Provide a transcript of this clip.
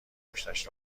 انگشتش